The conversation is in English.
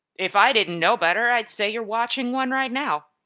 if i didn't know better i'd say you're watching one right now.